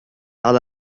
على